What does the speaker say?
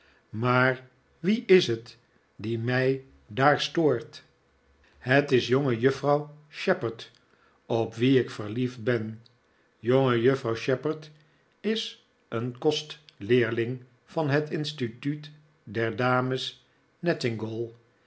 maar wife is het die mij daar stoort het is jongejuffrouw shepherd op wie ik verliefd ben jongejuffrduw shepherd is een kostleerling van het instituut der dames